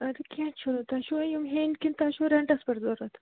اَدٕ کیٚنہہ چھُنہٕ تۄہہِ چھُوٕ یِم ہٮ۪ن کِنہٕ تۄہہِ چھُو رٮ۪نٹَس پٮ۪ٹھ ضوٚرَتھ